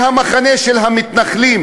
מהמחנה של המתנחלים,